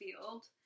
field